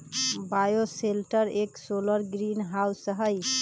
bioshelter एक solar greenhouse हई